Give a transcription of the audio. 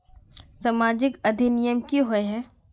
सामाजिक अधिनियम की होय है?